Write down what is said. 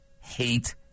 hate